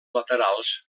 laterals